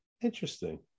Interesting